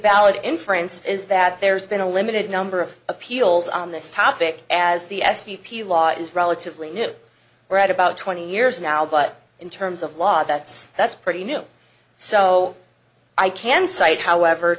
valid inference is that there's been a limited number of appeals on this topic as the s v p law is relatively new we're at about twenty years now but in terms of law that's that's pretty new so i can cite however